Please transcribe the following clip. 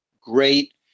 great